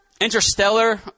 Interstellar